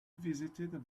visited